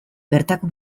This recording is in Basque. bertako